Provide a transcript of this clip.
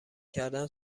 کردن